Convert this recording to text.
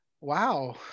Wow